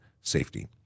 safety